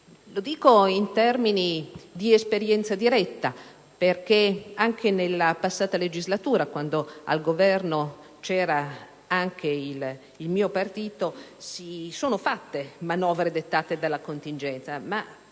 Lo dico in termini di esperienza diretta, perché anche nella passata legislatura, quando al Governo c'era pure il mio partito, si sono fatte manovre dettate dalla contingenza, ma,